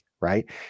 right